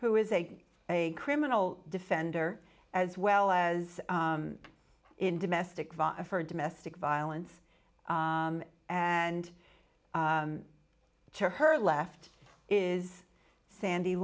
who is a a criminal defender as well as in domestic violence for domestic violence and to her left is sandy